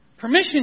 permission